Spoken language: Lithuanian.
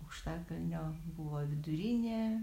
aukštakalnio buvo vidurinė